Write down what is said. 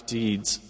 deeds